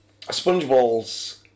SpongeBalls